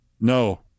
No